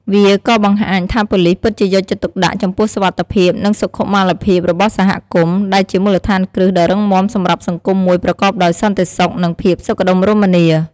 វាក៏ បង្ហាញថាប៉ូលីសពិតជាយកចិត្តទុកដាក់ចំពោះសុវត្ថិភាព និងសុខុមាលភាពរបស់សហគមន៍ ដែលជាមូលដ្ឋានគ្រឹះដ៏រឹងមាំសម្រាប់សង្គមមួយប្រកបដោយសន្តិសុខ និងភាពសុខដុមរមនា។